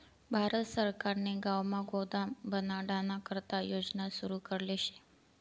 भारत सरकारने गावमा गोदाम बनाडाना करता योजना सुरू करेल शे